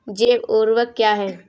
जैव ऊर्वक क्या है?